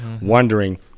wondering